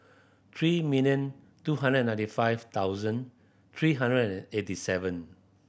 three million two hundred and ninety five thousand three hundred and eighty seven